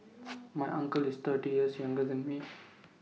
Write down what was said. my uncle is thirty years younger than me